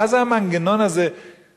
מה זה המנגנון הזה של